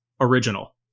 original